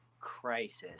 crisis